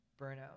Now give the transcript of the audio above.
burnout